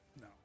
No